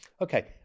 Okay